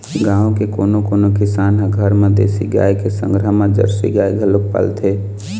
गाँव के कोनो कोनो किसान ह घर म देसी गाय के संघरा म जरसी गाय घलोक पालथे